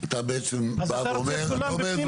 אנחנו צריכים להבטיח איזון בין השלטון מרכזי לשלטון המקומי,